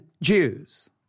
Jews